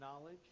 knowledge